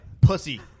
Pussy